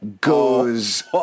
goes